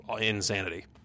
insanity